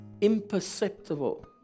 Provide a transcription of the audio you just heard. imperceptible